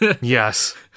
Yes